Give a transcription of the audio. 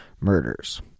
murders